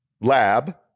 lab